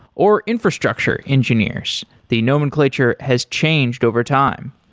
or infrastructure engineers. the nomenclature has changed over time.